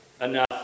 enough